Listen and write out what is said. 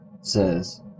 says